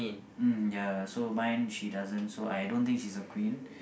mm ya so mine she doesn't so I don't think she's a queen